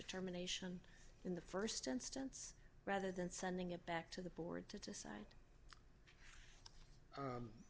determination in the st instance rather than sending it back to the board to decide